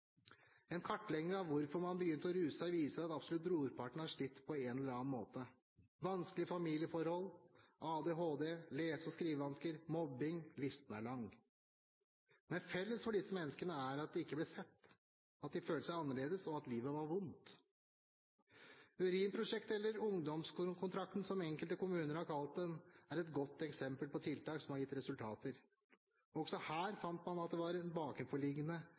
En kartlegging av hvorfor man begynte å ruse seg, viser at absolutt brorparten har slitt på en eller annen måte: vanskelige familieforhold, ADHD, lese- og skrivevansker og mobbing. Listen er lang. Men felles for disse menneskene er at de ikke ble sett, at de følte seg annerledes, og at livet var vondt. Urinprosjektet, eller ungdomskontrakten som enkelte kommuner har kalt den, er et godt eksempel på tiltak som har gitt resultater. Også her fant man at det var en bakenforliggende